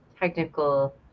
technical